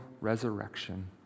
resurrection